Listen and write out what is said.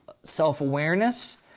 self-awareness